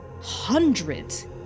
Hundreds